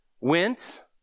went